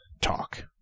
talk